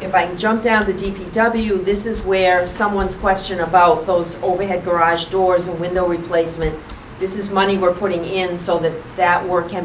if i can jump down the deep w this is where someone's question about those overhead garage doors and window replacement this is money we're putting in so that that work can